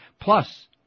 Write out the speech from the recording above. plus